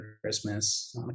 Christmas